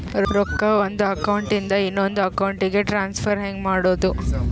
ರೊಕ್ಕ ಒಂದು ಅಕೌಂಟ್ ಇಂದ ಇನ್ನೊಂದು ಅಕೌಂಟಿಗೆ ಟ್ರಾನ್ಸ್ಫರ್ ಹೆಂಗ್ ಮಾಡೋದು?